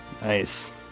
nice